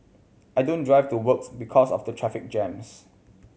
I don't drive to works because of the traffic jams